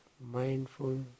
mindful